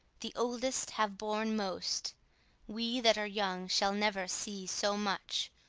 the oldest have borne most we that are young shall never see so much,